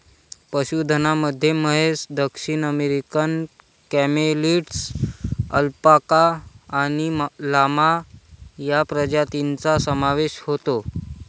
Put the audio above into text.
पशुधनामध्ये म्हैस, दक्षिण अमेरिकन कॅमेलिड्स, अल्पाका आणि लामा या प्रजातींचा समावेश होतो